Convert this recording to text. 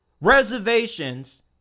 reservations